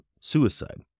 suicide